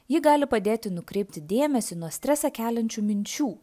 ji gali padėti nukreipti dėmesį nuo stresą keliančių minčių